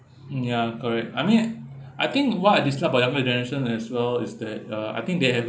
mm ya correct I mean I think what I dislike about younger generation as well is that uh I think they have